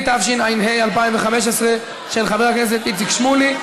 התשע"ה 2015, של חבר הכנסת איציק שמולי.